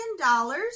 dollars